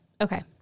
Okay